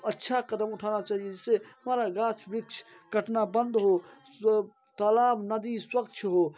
अच्छा क़दम उठाना चाहिए जिससे हमारा गाछ वृक्ष कटना बंद हो तो तलाब नदी स्वच्छ हो